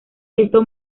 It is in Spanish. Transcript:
esto